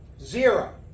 zero